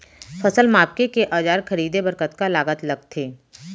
फसल मापके के औज़ार खरीदे बर कतका लागत लगथे?